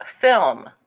film